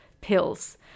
pills